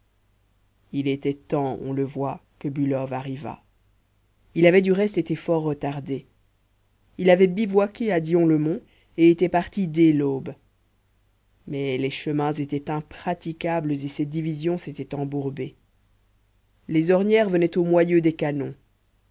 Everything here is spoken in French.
il était temps on le voit que bülow arrivât il avait du reste été fort retardé il avait bivouaqué à dion le mont et était parti dès l'aube mais les chemins étaient impraticables et ses divisions s'étaient embourbées les ornières venaient au moyeu des canons